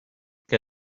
que